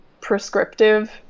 prescriptive